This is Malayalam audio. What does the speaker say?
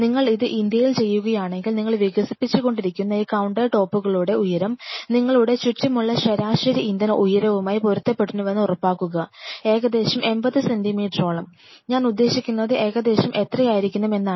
നിങ്ങൾ ഇത് ഇന്ത്യയിൽ ചെയ്യുകയാണെങ്കിൽ നിങ്ങൾ വികസിപ്പിച്ചുകൊണ്ടിരിക്കുന്ന ഈ കൌണ്ടർ ടോപ്പുകളുടെ ഉയരം നിങ്ങളുടെ ചുറ്റുമുള്ള ശരാശരി ഇന്ത്യൻ ഉയരവുമായി പൊരുത്തപ്പെടുന്നുവെന്ന് ഉറപ്പാക്കുക ഏകദേശം 80 സെന്റീമീറ്ററോളം ഞാൻ ഉദ്ദേശിക്കുന്നത് ഏകദേശം എത്രയായിരിക്കണം എന്നാണ്